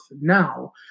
now